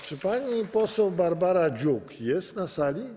Czy pani poseł Barbara Dziuk jest na sali?